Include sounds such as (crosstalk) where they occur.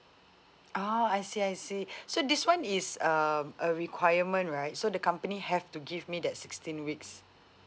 oh I see I see (breath) so this one is uh a requirement right so the company have to give me that sixteen weeks